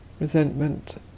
resentment